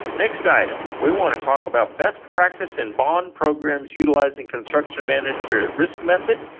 next item, we want to talk about best practice in bond programs utilizing construction manager at risk method.